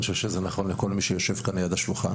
ואני חושב שזה נכון לכל מי שיושב כאן ליד השולחן.